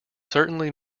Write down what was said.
certainly